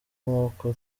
nkuko